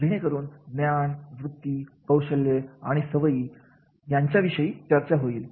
जेणेकरून ज्ञान वृत्ती कौशल्य आणि सवयी यांच्या विषयी चर्चा होईल